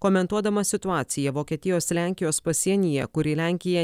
komentuodamas situaciją vokietijos lenkijos pasienyje kur į lenkiją